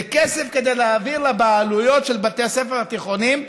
זה כסף כדי להעביר לבעלויות של בתי הספר התיכוניים,